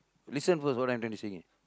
listen first what I am going to say